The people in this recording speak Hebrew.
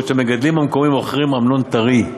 בעוד המגדלים המקומיים מוכרים אמנון טרי,